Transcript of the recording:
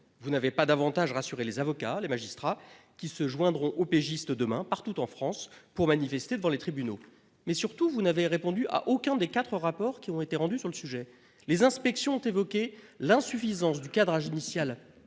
Vous n'avez pas davantage rassuré les avocats, les magistrats qui se joindront aux pigistes demain partout en France pour manifester devant les tribunaux mais surtout vous n'avez répondu à aucun des 4 rapports qui ont été rendus sur le sujet. Les inspections ont évoqué l'insuffisance du cadrage initial